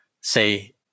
say